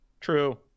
True